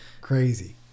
crazy